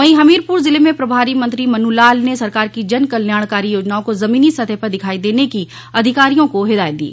वहीं हमीरपुर जिले में प्रभारी मंत्री मन्नु लाल ने सरकार की जनकल्याणकारी योजनाओं को जमीनी सतह पर दिखाई देने की अधिकारिया को हिदायत दी